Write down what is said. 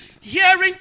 hearing